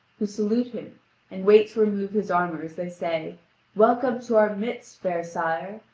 who salute him and wait to remove his armour as they say welcome to our midst, fair sire!